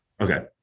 Okay